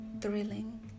thrilling